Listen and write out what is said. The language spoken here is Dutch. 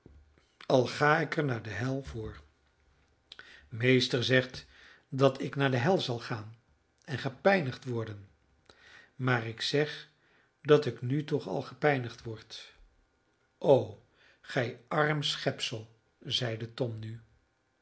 al ga ik er naar de hel voor meester zegt dat ik naar de hel zal gaan en gepijnigd worden maar ik zeg dat ik nu toch al gepijnigd word o gij arm schepsel zeide tom nu